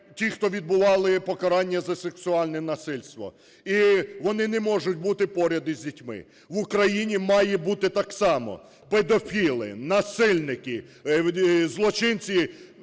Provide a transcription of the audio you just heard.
ті, хто відбували покарання за сексуальне насильство. І вони не можуть бути поряд із дітьми. В Україні має бути так само. Педофіли, насильники, злочинці,